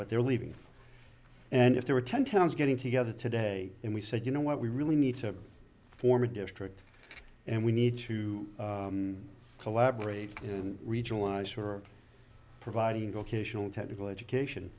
but they're leaving and if there are ten towns getting together today and we said you know what we really need to form a district and we need to collaborate in regional allies who are providing vocational technical education